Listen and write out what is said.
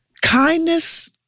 kindness